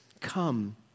come